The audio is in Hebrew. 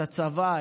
את הצבא,